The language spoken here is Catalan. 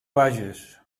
bages